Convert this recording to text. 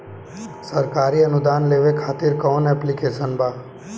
सरकारी अनुदान लेबे खातिर कवन ऐप्लिकेशन बा?